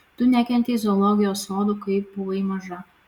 tu nekentei zoologijos sodų kai buvai maža